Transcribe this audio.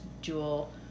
jewel